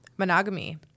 Monogamy